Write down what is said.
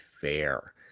fair